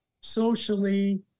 socially